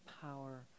power